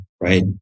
right